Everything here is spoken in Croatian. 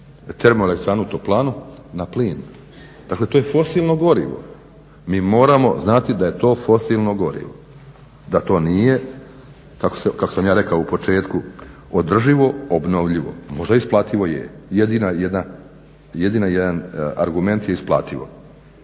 termoelektranu, toplanu na plin. Dakle, to je fosilno gorivo. Mi moramo znati da je to fosilno gorivo, da to nije kako sam ja rekao u početku održivo, obnovljivo, možda isplativo je, jedina jedan argument je isplativo